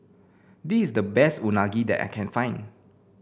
this the best Unagi that I can find